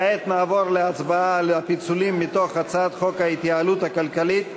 כעת נעבור להצבעה על הפיצולים מתוך הצעת חוק ההתייעלות הכלכלית,